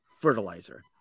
fertilizer